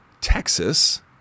texas